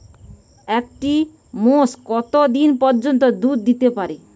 একটি মোষ কত দিন পর্যন্ত দুধ দিতে পারে?